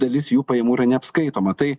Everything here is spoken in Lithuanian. dalis jų pajamų yra neapskaitoma tai